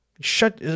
Shut